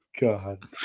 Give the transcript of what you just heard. God